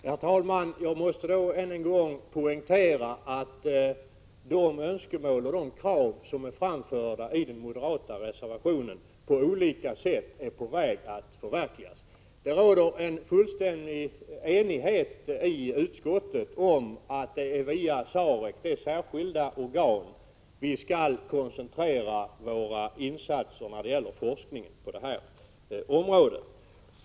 Herr talman! Jag måste då än en gång poängtera att önskemål och krav som är framförda i den moderata reservationen är på olika sätt på väg att förverkligas. Det råder fullständig enighet i utskottet om att det är via SAREC, det särskilda organ vi har för detta, som vi skall koncentrera våra insatser när det gäller forskning på det här området.